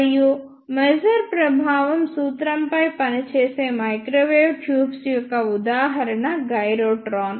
మరియు మాజర్ ప్రభావం సూత్రంపై పనిచేసే మైక్రోవేవ్ ట్యూబ్స్ యొక్క ఉదాహరణ గైరోట్రాన్